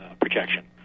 projection